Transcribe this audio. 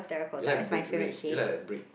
you like brick red you like like brick